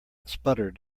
sputtered